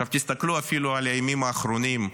עכשיו תסתכלו אפילו על הימים האחרונים,